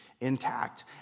intact